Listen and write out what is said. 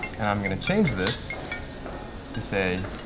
and i'm going to change this to, say,